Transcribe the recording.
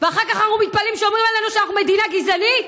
ואחר כך אנחנו מתפלאים שאומרים עלינו שאנחנו מדינה גזענית?